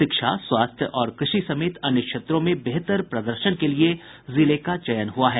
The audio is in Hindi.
शिक्षा स्वास्थ्य और कृषि समेत अन्य क्षेत्रों में बेहतर प्रदर्शन के लिये जिले का चयन हुआ है